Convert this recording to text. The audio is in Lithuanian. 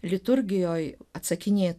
liturgijoj atsakinėt